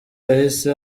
yahise